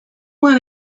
want